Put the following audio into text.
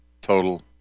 total